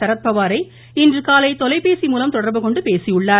சரத்பவாரை இன்று காலை தொலைபேசி மூலம் தொடர்புகொண்டு பேசியுள்ளார்